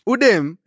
Udem